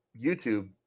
YouTube